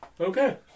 Okay